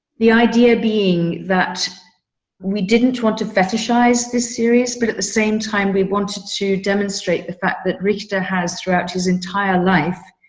the idea being that we didn't want to fetishize the serious, but at the same time we wanted to demonstrate the fact that reached ah has throughout his entire life.